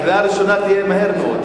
הקריאה הראשונה תהיה מהר מאוד.